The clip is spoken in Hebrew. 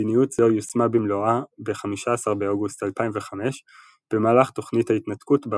מדיניות זו יושמה במלואה ב-15 באוגוסט 2005 במהלך תוכנית ההתנתקות בה